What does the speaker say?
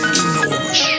enormous